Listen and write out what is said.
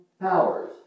powers